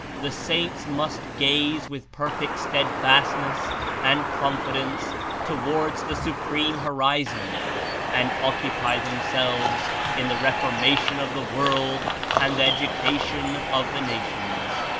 the saints must gaze with perfect steadfastness and confidence towards the supreme horizon and occupy themselves in the reformation of the world and the education of the nations.